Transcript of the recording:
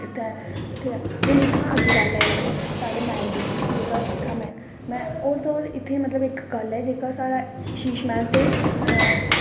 ठीक ऐ ते हून इत्थां अग्गें गल्ल लाई लैओ तुस साढ़े मैह्ल दी जेह्का इत्थें दा होर ते होर इत्थें दा इक्क गल्ल ऐ जेह्ड़ा साढ़ा शीशमहल ते